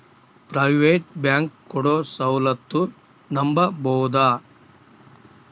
Private bank ಕೊಡೊ ಸೌಲತ್ತು ನಂಬಬೋದ?